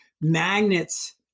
magnets